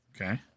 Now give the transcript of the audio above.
Okay